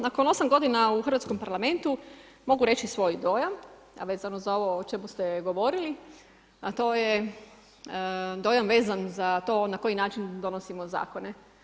Nakon 8 godina u hrvatskom parlamentu mogu reći svoj dojam, a vezano za ovo o čemu ste govorili, a to je dojam vezan za to na koji način donosimo zakone.